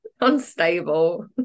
unstable